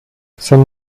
san